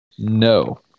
No